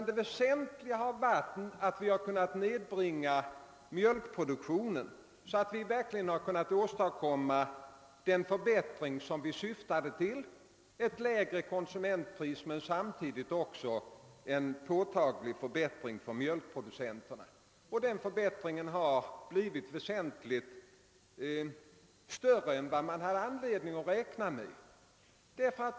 Det väsentliga har varit att vi kunnat nedbringa mjölkproduktionen så att vi verkligen kunnat åstadkomma den förbättring som vi syftat till: ett lägre konsumentpris men samtidigt också en påtaglig förbättring för mjölkproducenterna. Den förbättringen har blivit väsentligt större än man hade anledning att räkna med.